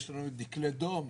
יש לנו דקלי הדום,